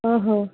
ఓహో